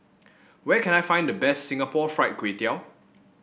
where can I find the best Singapore Fried Kway Tiao